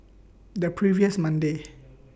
The previous Monday